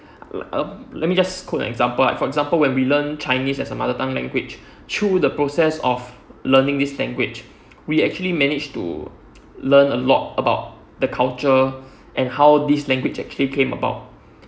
let me just quote an example ah for example when we learn chinese as a mother tongue language through the process of learning this language we actually manage to learn a lot about the culture and how this language actually came about